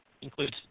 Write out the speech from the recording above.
includes